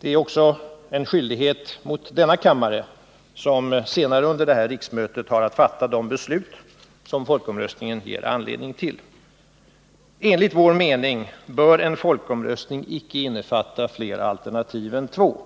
Det var en skyldighet också mot denna kammare, som senare under detta riksmöte har att fatta de beslut som folkomröstningen ger anledning till. Enligt vår mening bör en folkomröstning inte omfatta fler alternativ än två.